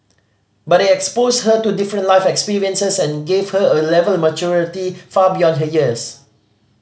but it exposed her to different life experiences and gave her a level of maturity far beyond her years